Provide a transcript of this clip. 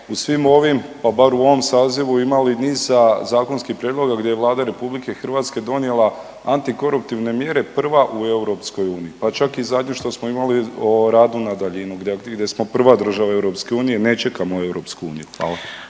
u svim ovim pa bar u ovom sazivu imali niza zakonskih prijedloga gdje je Vlada RH donijela antikoruptivne mjere prva u EU, pa čak i zadnje što smo imali o radu na daljinu, gdje smo prva država EU ne čekamo EU.